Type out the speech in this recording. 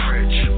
Rich